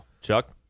Chuck